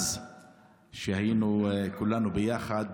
כשהיינו כולנו ביחד,